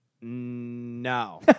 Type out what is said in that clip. no